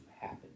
happen